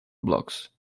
blocks